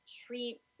treat